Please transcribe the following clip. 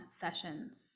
Sessions